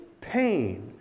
pain